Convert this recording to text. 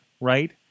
Right